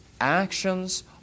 actions